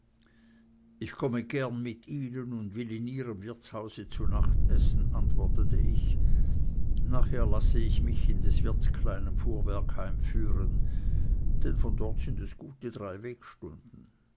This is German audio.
ich komme gern mit ihnen und will in ihrem wirtshause zu nacht essen antwortete ich nachher lasse ich mich in des wirts kleinem fuhrwerk heimführen denn von dort sind es drei gute wegstunden